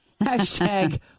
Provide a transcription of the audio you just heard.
Hashtag